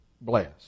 bless